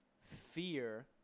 fear